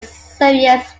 serious